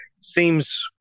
seems